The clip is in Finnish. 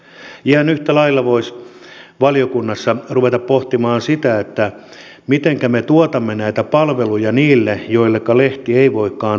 ihan yhtä lailla voisi valiokunnassa ruveta pohtimaan sitä mitenkä me tuotamme näitä palveluja niille joilleka lehti ei voikaan tulla